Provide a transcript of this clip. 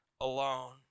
alone